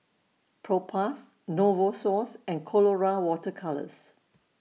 Propass Novosource and Colora Water Colours